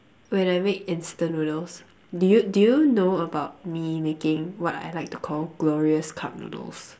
when I make instant noodles do you do you know about me making what I like to call glorious cup noodles